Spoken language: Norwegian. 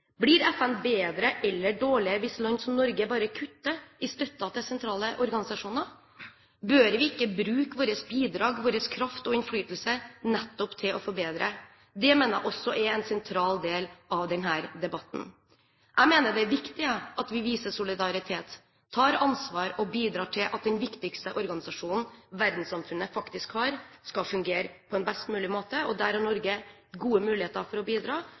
Blir FN bedre eller dårligere hvis land som Norge bare kutter i støtten til sentrale organisasjoner? Bør vi ikke bruke våre bidrag, vår kraft og innflytelse nettopp til å forbedre? Det mener jeg også er en sentral del av denne debatten. Jeg mener at det er viktig at vi viser solidaritet, tar ansvar og bidrar til at den viktigste organisasjonen verdenssamfunnet faktisk har, skal fungere på best mulig måte. Der har Norge gode muligheter for å bidra,